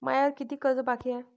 मायावर कितीक कर्ज बाकी हाय?